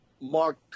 Mark